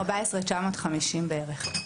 14,950 בערך.